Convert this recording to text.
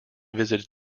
visited